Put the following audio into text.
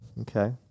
Okay